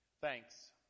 thanks